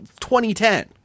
2010